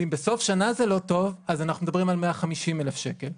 ואם בסוף שנה זה לא טוב אז אנחנו מדברים על 150,000 שקלים.